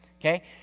okay